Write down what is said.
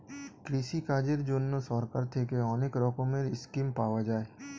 কৃষিকাজের জন্যে সরকার থেকে অনেক রকমের স্কিম পাওয়া যায়